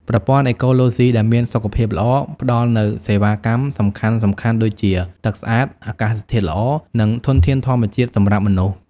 ប្រព័ន្ធអេកូឡូស៊ីដែលមានសុខភាពល្អ ផ្តល់នូវសេវាកម្មសំខាន់ៗដូចជាទឹកស្អាត អាកាសធាតុល្អ និងធនធានធម្មជាតិសម្រាប់មនុស្ស។